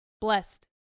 blessed